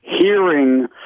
hearing